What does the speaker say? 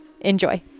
enjoy